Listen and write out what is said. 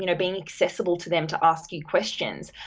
you know being accessible to them to ask you questions.